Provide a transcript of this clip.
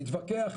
להתווכח,